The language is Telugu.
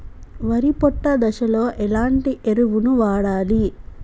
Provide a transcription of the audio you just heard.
వరి పొట్ట దశలో ఎలాంటి ఎరువును వాడాలి?